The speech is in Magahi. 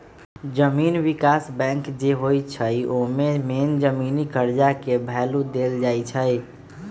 जमीन विकास बैंक जे होई छई न ओमे मेन जमीनी कर्जा के भैलु देल जाई छई